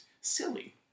silly